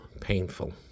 painful